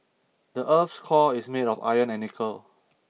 the earth's core is made of iron and nickel